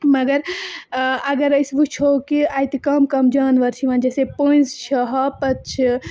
مگر اگر أسۍ وٕچھو کہِ اَتہِ کَم کَم جانوَر چھِ یِوان جیسے پٔنٛزۍ چھِ ہاپَتھ چھِ